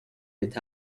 with